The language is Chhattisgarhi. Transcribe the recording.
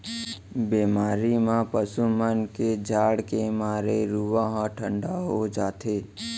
बेमारी म पसु मन के जाड़ के मारे रूआं ह ठाड़ हो जाथे